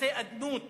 ויחסי אדנות